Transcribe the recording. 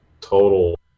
total